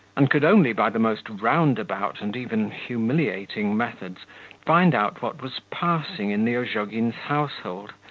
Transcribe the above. and could only by the most roundabout and even humiliating methods find out what was passing in the ozhogins' household,